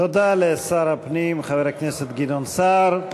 תודה לשר הפנים, חבר הכנסת גדעון סער.